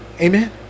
Amen